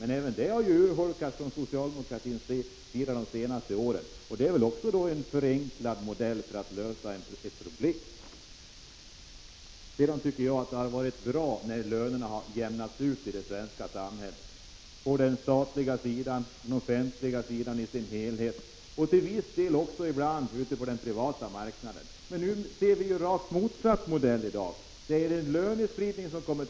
Men även den modellen har under de senaste åren urholkats av socialdemokraterna. Jag tycker vidare att det varit bra att lönerna har utjämnats i det svenska samhället, både på det statliga området och på det offentliga området i övrigt, liksom till viss del också ute på den privata marknaden. Men vi kan i dag se en rakt motsatt utveckling, där en lönespridning gör sig gällande.